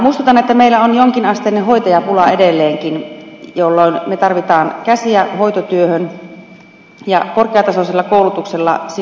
muistutan että meillä on jonkinasteinen hoitajapula edelleenkin jolloin me tarvitsemme käsiä hoitotyöhön ja korkeatasoisella koulutuksella sinne päästään